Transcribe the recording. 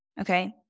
okay